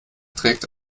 trägt